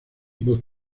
voz